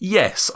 Yes